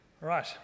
Right